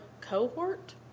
cohort